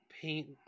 paint